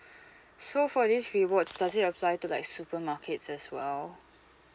so for this rewards does it apply to like supermarkets as well